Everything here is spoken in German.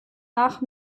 nach